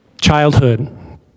childhood